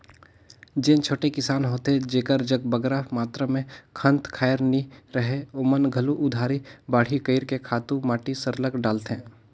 जेन छोटे किसान होथे जेकर जग बगरा मातरा में खंत खाएर नी रहें ओमन घलो उधारी बाड़ही कइर के खातू माटी सरलग डालथें